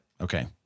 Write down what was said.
Okay